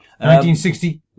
1960